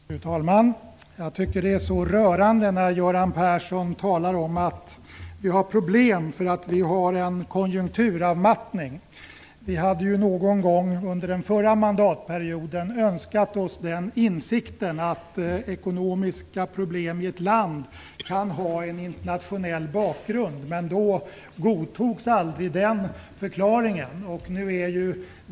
Fru talman! Jag tycker att det är rörande när Göran Persson talar om att vi har problem därför att vi har en konjunkturavmattning. Vi hade önskat oss den insikten någon gång under den förra mandatperioden, att ekonomiska problem i ett land kan ha en internationell bakgrund. Då godtogs aldrig den förklaringen.